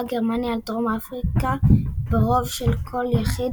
גרמניה על דרום אפריקה ברוב של קול יחיד,